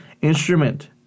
instrument